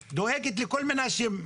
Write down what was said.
היא דואגת לכל מיני אנשים.